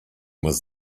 was